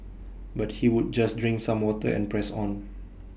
but he would just drink some water and press on